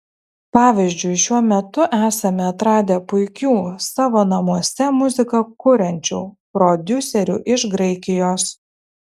pavyzdžiui šiuo metu esame atradę puikių savo namuose muziką kuriančių prodiuserių iš graikijos